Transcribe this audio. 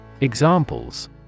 Examples